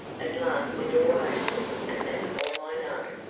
at last the door opened and that's all i know.